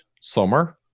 summer